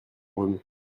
brume